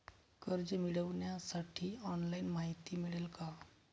कर्ज मिळविण्यासाठी ऑनलाइन माहिती मिळेल का?